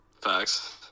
Facts